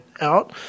out